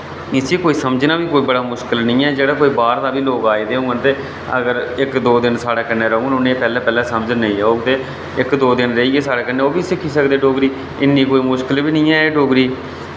इसी कोई समझना बी कोई बड़ा मुश्कल नेईं ऐ जेह्ड़ा कोई बाह्र दा बी लोक आए दे होङन ते अगर इक दो दिन साढ़े कन्नै रौह्न उ'ने पैह्लै पैह्लै समझ नेईं औग ते इक दो दिन रेहियै साढ़े कन्नै ओह् बी सिक्खी सकदे डोगरी इन्नी कोई मुश्कल बी नेईं ऐ एह् डोगरी